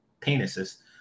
penises